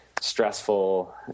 stressful